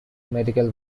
medical